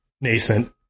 nascent